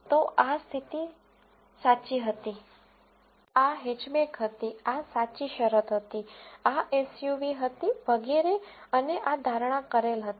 તો આ સ્થિતિ સાચી હતી આ હેચબેક હતી આ સાચી શરત હતી આ એસયુવી હતી વગેરે અને આ ધારણા કરેલ હતી